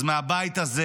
אז מהבית הזה,